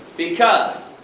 because,